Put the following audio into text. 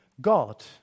God